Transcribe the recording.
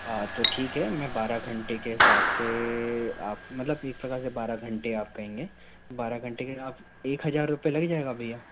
तो ठीक है मै बारह घंटे के हिसाब से आप मतलब एक हिसाब से बारह घंटे आप कहेंगे बारह घंटे का एक हजार रुपए लग जाएगा भईया